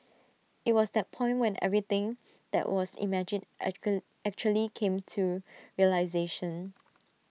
IT was that point when everything that was imagined actually came to realisation